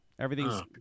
Everything's